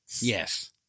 yes